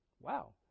Wow